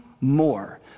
more